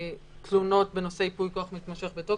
תלונות בנושא ייפוי כוח מתמשך בתוקף.